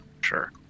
Sure